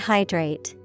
Hydrate